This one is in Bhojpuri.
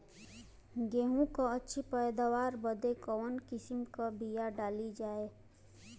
गेहूँ क अच्छी पैदावार बदे कवन किसीम क बिया डाली जाये?